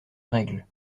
règle